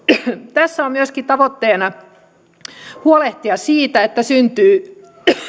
tässä on myöskin tavoitteena huolehtia siitä että syntyy